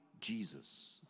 Jesus